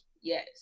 Yes